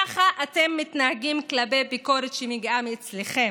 ככה אתם מתנהגים כלפי ביקורת שמגיעה מאצלכם,